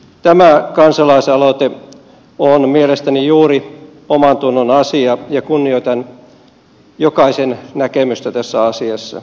tämä kansalaisaloite on mielestäni juuri omantunnon asia ja kunnioitan jokaisen näkemystä tässä asiassa